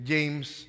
James